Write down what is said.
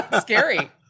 Scary